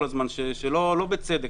שלא בצדק,